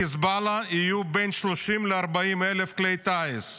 לחיזבאללה יהיו בין 30,000 ל-40,000 כלי טיס.